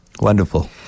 Wonderful